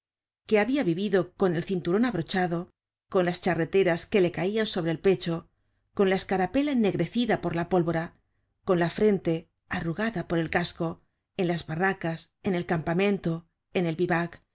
que habia vivido con el cinturon abrochado con las charreteras que le caian sobre el pecho con la escarapela ennegrecida por la pólvora con la frente arrugada por el casco en las barracas en el campamento en el vivac en